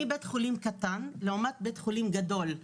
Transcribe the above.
אני בית חולים קטן לעומת בית חולים גדול.